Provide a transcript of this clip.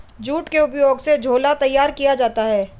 jute के उपयोग से झोला तैयार किया जाता है